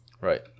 Right